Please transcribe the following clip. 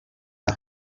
amb